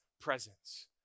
presence